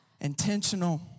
Intentional